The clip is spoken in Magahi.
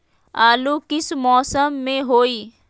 आलू किस मौसम में होई?